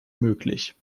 möglich